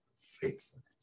faithfulness